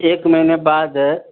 एक महीने बाद